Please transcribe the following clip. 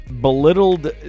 belittled